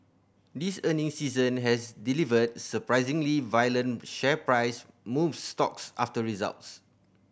this earnings season has delivered surprisingly violent share price moves stocks after results